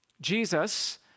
Jesus